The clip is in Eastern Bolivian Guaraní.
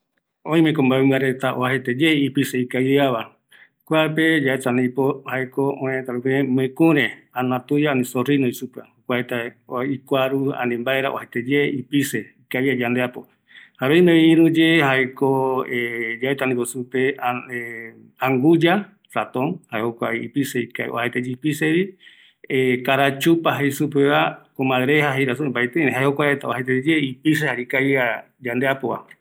Oime mbaemɨmba reta oajaeteye ipise ikaviava, kuape jae mɨkure, kua ikuaru, ani mbaera oajaeteye ipise, ikavia yandeapo, ïruye jaeko anguya, carachupa jei supeva, kuareta oajaeteyeye ipisevi, ikavia yandeapova